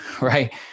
right